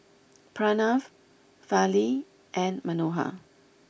Pranav Fali and Manohar